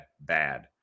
bad